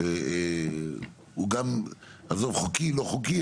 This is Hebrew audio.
עזוב חוקי, לא חוקי.